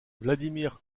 vladimir